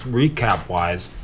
recap-wise